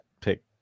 pick